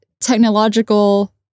technological